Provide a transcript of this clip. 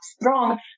strong